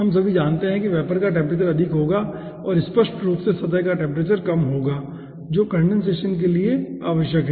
हम सभी जानते हैं कि वेपर का टेम्परेचर अधिक होगा और स्पष्ट रूप से सतह का टेम्परेचर कम होगा जो कंडेनसेशन के लिए आवश्यक है